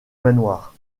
manoir